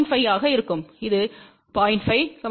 5 ஆக இருக்கும் இது 0